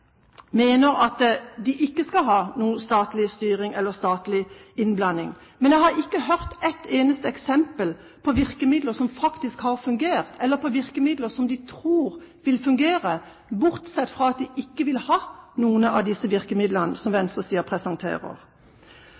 mener at vi ikke skal ha noen statlig styring eller statlig innblanding, men jeg har ikke hørt ett eneste eksempel på virkemidler som faktisk har fungert eller på virkemidler som de tror vil fungere, bortsett fra at de ikke vil ha noen av disse virkemidlene som venstresiden presenterer.